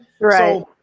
Right